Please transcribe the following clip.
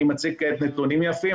אני מציג כעת נתונים יפים,